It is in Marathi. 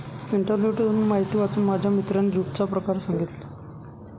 इंटरनेटवरून माहिती वाचून माझ्या मित्राने ज्यूटचा प्रकार सांगितला